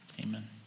amen